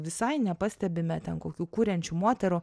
visai nepastebime ten kokių kuriančių moterų